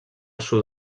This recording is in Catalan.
sud